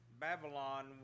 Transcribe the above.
Babylon